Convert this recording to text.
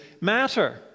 matter